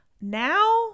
Now